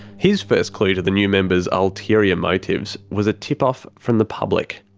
his first clue to the new members' ulterior motives was a tip-off from the public.